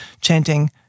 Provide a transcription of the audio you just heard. chanting